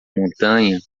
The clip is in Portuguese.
montanha